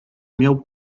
miał